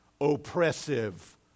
oppressive